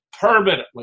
permanently